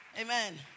Amen